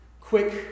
Quick